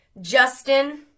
Justin